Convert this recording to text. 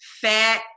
fat